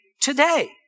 today